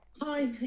Hi